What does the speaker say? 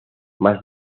más